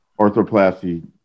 orthoplasty